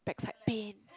backside pain